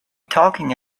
talking